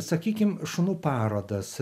sakykime šunų parodas